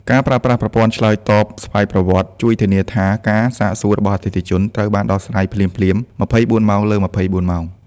ការប្រើប្រាស់ ប្រព័ន្ធឆ្លើយតបស្វ័យប្រវត្តិ ជួយធានាថាការសាកសួររបស់អតិថិជនត្រូវបានដោះស្រាយភ្លាមៗ ២៤ ម៉ោងលើ ២៤ ម៉ោង។